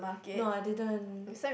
no I didn't